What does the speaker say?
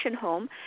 home